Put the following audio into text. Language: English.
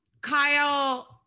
Kyle